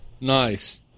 Nice